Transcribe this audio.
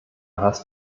hast